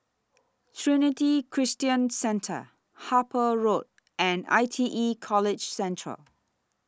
Trinity Christian Centre Harper Road and I T E College Central